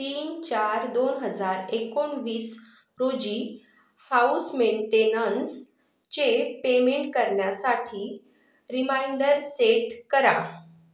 तीन चार दोन हजार एकोणवीस रोजी हाउस मेंटेनन्सचे पेमेंट करण्यासाठी रिमाइंडर सेट करा